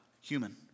human